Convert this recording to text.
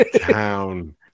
town